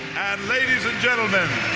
ladies and gentlemen,